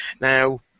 Now